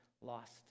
lost